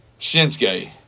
Shinsuke